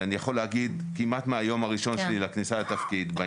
אני יכול להגיד שכמעט מהיום הראשון של הכניסה שלי לתפקיד,